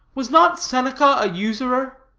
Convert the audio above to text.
was not seneca a usurer?